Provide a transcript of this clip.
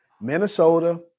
Minnesota